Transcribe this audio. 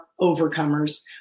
overcomers